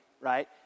right